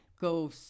go